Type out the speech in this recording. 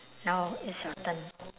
now it's your turn